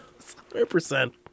100